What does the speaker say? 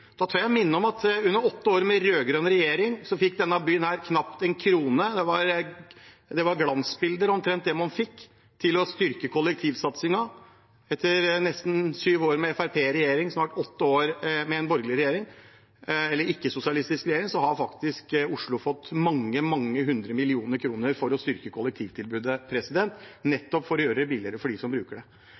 at under åtte år med rød-grønn regjering fikk denne byen her knapt én krone. Det var omtrent glansbilder, det man fikk til å styrke kollektivsatsingen. Etter nesten syv år med Fremskrittspartiet i regjering og snart åtte år med en ikke-sosialistisk regjering har Oslo fått mange, mange hundre millioner kroner for å styrke kollektivtilbudet, nettopp for å gjøre det billigere for dem som bruker det.